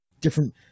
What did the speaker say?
different